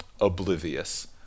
oblivious